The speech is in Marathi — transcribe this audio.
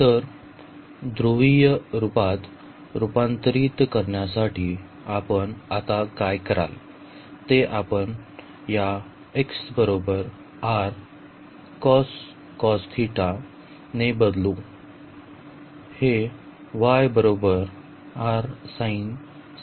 तर ध्रुवीय रूपात रूपांतरित करण्यासाठी आपण आता काय कराल ते आपण या ने बदलू